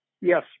Yes